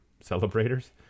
Celebrators